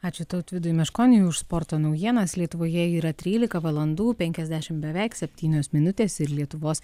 ačiū tautvydui meškoniui už sporto naujienas lietuvoje yra trylika valandų penkiasdešimt beveik septynios minutės ir lietuvos